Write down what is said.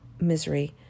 misery